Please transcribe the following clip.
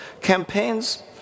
Campaigns